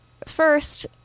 First